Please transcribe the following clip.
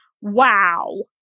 wow